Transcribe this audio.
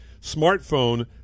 smartphone